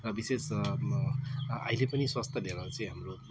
र विशेष अहिले पनि स्वास्थ्य लिएर चाहिँ हाम्रो